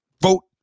Vote